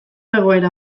egoera